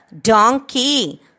donkey